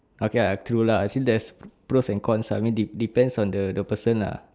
okay lah true lah actually there's pros and cons lah I mean de~ depends on the the person lah